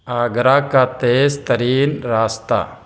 آگرہ کا تیز ترین راستہ